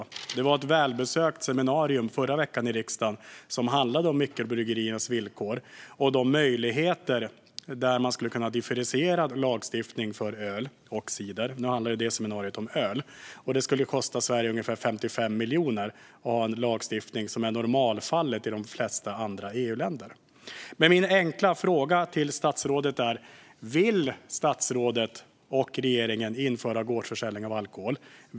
Förra veckan hölls ett välbesökt seminarium i riksdagen om mikrobryggeriernas villkor och möjligheterna att differentiera lagstiftningen för öl och cider; seminariet handlade om öl. Det skulle kosta Sverige ungefär 55 miljoner att ha en lagstiftning som i de flesta andra EU-länder anses vara normal. Vill statsrådet och regeringen införa gårdsförsäljning av alkohol?